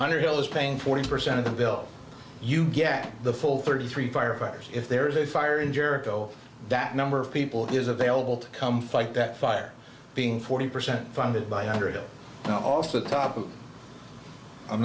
underhill is paying forty percent of the bill you get the full thirty three firefighters if there is a fire in jericho that number of people is available to come fight that fire being forty percent funded by under it and also top of i'm